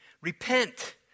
repent